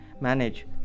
manage